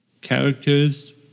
characters